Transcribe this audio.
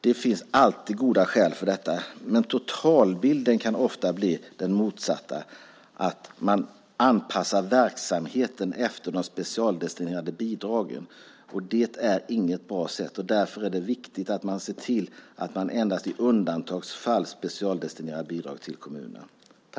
Det finns alltid goda skäl för detta, men totalbilden kan ofta bli den motsatta, det vill säga att man anpassar verksamheten efter de specialdestinerade bidragen. Det är inget bra sätt. Därför är det viktigt att man ser till att man endast i undantagsfall specialdestinerar bidrag till kommunerna.